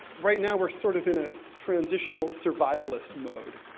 right now, we're sort of in a transitional, survivalist mode.